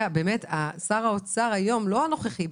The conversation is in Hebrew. זאת מומחיות.